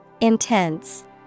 Intense